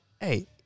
hey